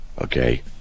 okay